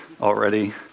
already